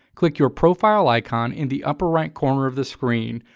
click your profile icon in the upper right corner of the screen.